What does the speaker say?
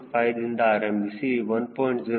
5ದಿಂದ ಆರಂಭಿಸಿ 1